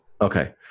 Okay